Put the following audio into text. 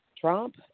Trump